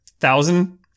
Thousand